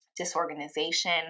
Disorganization